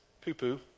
poo-poo